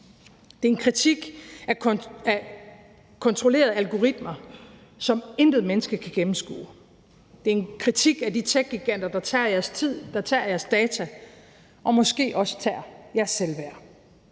det er en kritik af kontrollerede algoritmer, som intet menneske kan gennemskue; det er en kritik af de techgiganter, der tager jeres tid, der tager jeres data og måske også tager jeres selvværd.